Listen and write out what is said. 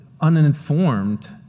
uninformed